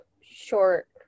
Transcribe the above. short